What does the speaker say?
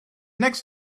next